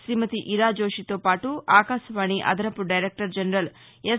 శ్రీమతి ఇరాజోషి తో పాటు ఆకాశవాణి అదనపు డైరెక్టర్ జనరల్ ఎస్